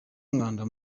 umwanda